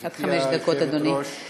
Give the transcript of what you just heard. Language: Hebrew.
עד חמש דקות, אדוני.